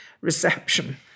reception